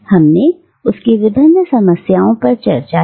हमने उसकी विभिन्न समस्याओं पर चर्चा की